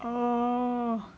oh